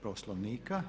Poslovnika.